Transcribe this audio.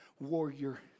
warrior